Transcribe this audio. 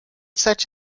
such